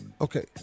Okay